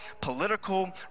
political